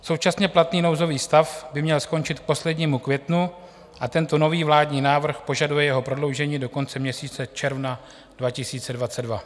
Současně platný nouzový stav by měl skončit k poslednímu květnu a tento nový vládní návrh požaduje jeho prodloužení do konce měsíce června 2022.